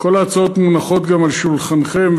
כל ההצעות מונחות גם על שולחנכם,